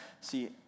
See